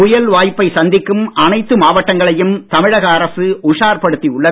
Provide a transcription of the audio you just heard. புயல் வாய்ப்பை சந்திக்கும் அனைத்து மாவட்டங்களையும் தமிழக அரசு உஷார் படுத்தி உள்ளது